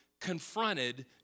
confronted